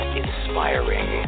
inspiring